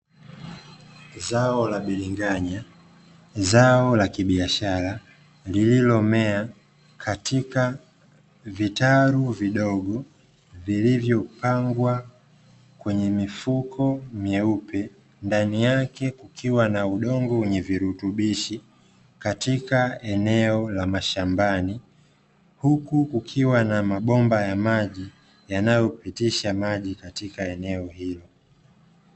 Zao la bilinganya, zao la kibiashara lililomea katika vitalu vidogo vilivyopangwa kwenye mifuko myeupe, ndani yake kukiwa na udongo wenye virutubishi, katika eneo la mashambani huku kukiwa na mabomba ya maji yanayopitisha maji katika eneo hilo.